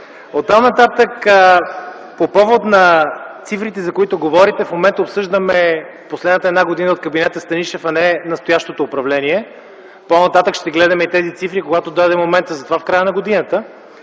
Оттам - нататък по повод на цифрите, за които говорите. В момента обсъждаме последната една година от кабинета „Станишев”, а не настоящото управление. По-нататък ще гледаме и тези цифри, когато дойде момента за това – в края на годината.